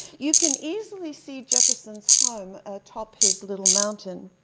you can easily see jefferson's home atop his little mountain.